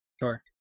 Sure